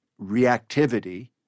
reactivity